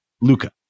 Luca